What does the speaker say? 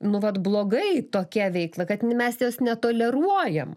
nu vat blogai tokia veikla kad mes jos netoleruojam